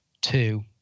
two